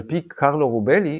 על פי קרלו רובלי,